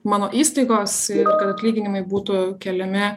mano įstaigos ir kad atlyginimai būtų keliami